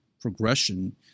progression